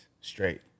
straight